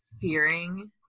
fearing